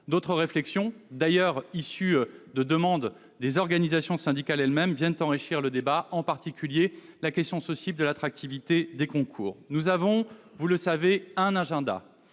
D'autres réflexions, d'ailleurs issues de demandes des organisations syndicales elles-mêmes, viennent enrichir le débat, en particulier la question sensible de l'attractivité des concours. Nous avons, vous le savez également,